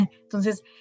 entonces